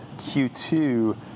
Q2